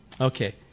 Okay